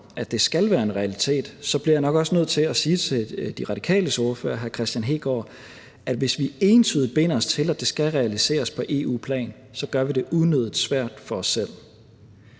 at det skal være en realitet, bliver jeg også nødt til at sige til De Radikales ordfører, hr. Kristian Hegaard, at hvis vi entydigt binder os til, at det skal realiseres på EU-plan, så gør vi det unødig svært for os selv.